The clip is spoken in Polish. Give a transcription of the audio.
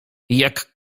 jak